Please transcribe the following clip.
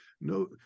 no